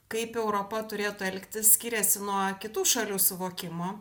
kaip europa turėtų elgtis skiriasi nuo kitų šalių suvokimo